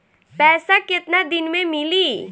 पैसा केतना दिन में मिली?